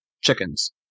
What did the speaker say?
chickens